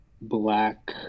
black